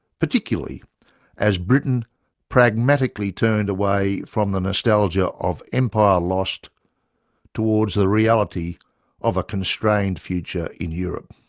particularly as britain pragmatically turned away from the nostalgia of empire lost towards the reality of a constrained future in europe.